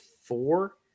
four –